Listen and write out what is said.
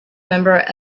member